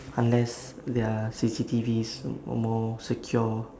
unless there are C_C_T_Vs or more secure